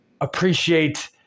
appreciate